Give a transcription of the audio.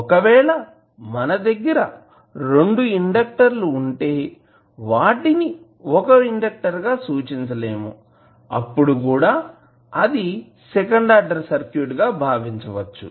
ఒకవేళ మన దగ్గర రెండు ఇండక్టర్ లు ఉంటే వాటిని ఒకే ఒక ఇండక్టర్ గా సూచించలేము అప్పుడు కూడా అది సెకండ్ ఆర్డర్ సర్క్యూట్ గా భావించవచ్చు